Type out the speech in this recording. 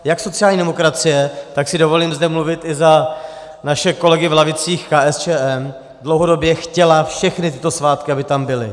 Jak sociální demokracie, tak si dovolím zde mluvit i za naše kolegy v lavicích KSČM, dlouhodobě chtěla všechny tyto svátky, aby tam byly.